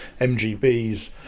MGB's